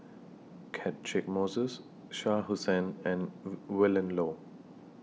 Catchick Moses Shah Hussain and Willin Low